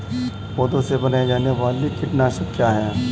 पौधों से बनाई जाने वाली कीटनाशक क्या है?